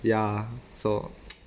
ya so